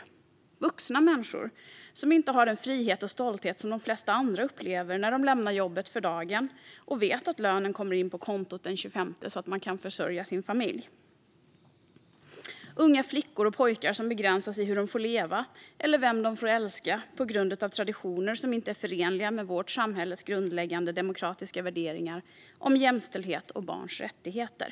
Det handlar om vuxna människor som inte har den frihet och stolthet som de flesta andra upplever när de lämnar jobbet för dagen och vet att lönen kommer in på kontot den 25:e så att de kan försörja sin familj. Det handlar om unga flickor och pojkar som begränsas i hur de får leva och vem de får älska på grund av traditioner som inte är förenliga med vårt samhälles grundläggande demokratiska värderingar om jämställdhet och barns rättigheter.